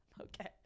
Okay